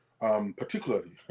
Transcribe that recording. Particularly